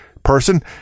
person